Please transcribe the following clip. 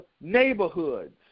neighborhoods